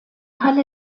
halle